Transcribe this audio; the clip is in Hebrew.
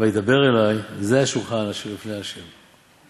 'וידבר אלי זה השלחן אשר לפני ה''.